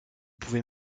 pouvez